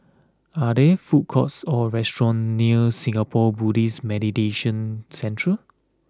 are there food courts or restaurants near Singapore Buddhist Meditation Centre